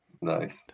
nice